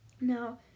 Now